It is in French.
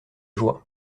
joie